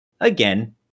again